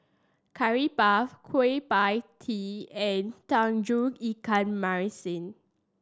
Curry Puff Kueh Pie Tee and Tauge Ikan Masin